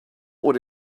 would